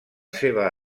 seva